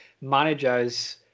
managers